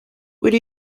will